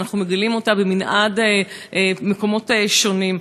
ואנחנו מגלים אותה במנעד מקומות שונים?